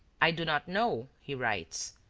i do not know, he writes,